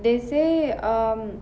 they say um